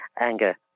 anger